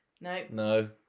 No